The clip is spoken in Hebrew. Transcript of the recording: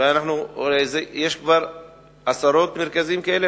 ויש כבר עשרות מרכזים כאלה,